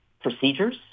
procedures